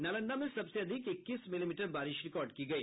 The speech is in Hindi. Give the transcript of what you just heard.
नालंदा में सबसे अधिक इक्कीस मिलीमीटर बारिश रिकॉर्ड की गयी